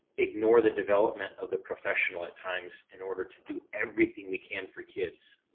ignore the development of the professional at times. in order to do everything we can for kids.